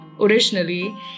Originally